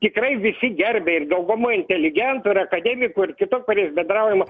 tikrai visi gerbė ir daugumoj inteligentų ir akademikų ir su kuriais bendraujama